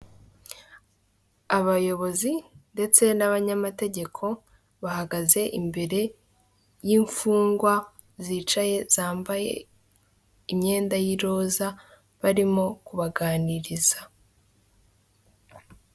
Abayobozi ndetse n'abanyamategeko bahagaze imbere y'imfungwa zicaye zambaye imyenda y'iroza barimo kubaganiriza.